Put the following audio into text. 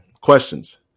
Questions